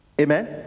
Amen